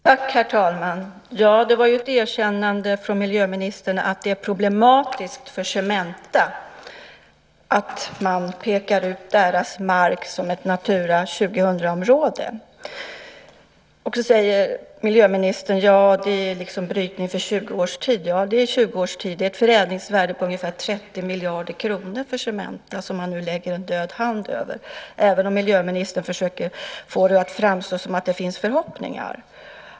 Herr talman! Det var ju ett erkännande från miljöministern: att det är problematiskt för Cementa att man pekar ut deras mark som ett Natura 2000-område. Miljöministern säger att detta är brytning för 20 års tid. Ja, det är 20 års tid. Det är ett förädlingsvärde på ungefär 30 miljarder kronor för Cementa som man nu lägger en död hand över, även om miljöministern försöker få det att framstå som att det finns förhoppningar.